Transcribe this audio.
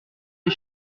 des